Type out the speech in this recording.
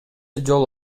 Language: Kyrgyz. жол